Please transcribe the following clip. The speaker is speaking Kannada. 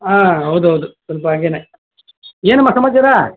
ಆಂ ಹೌದೌದು ಸ್ವಲ್ಪ ಹಾಗೇನೆ ಏನಮ್ಮ ಸಮಚಾರ